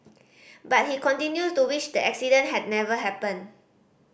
but he continues to wish the accident had never happened